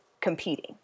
competing